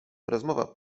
rozmowa